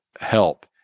help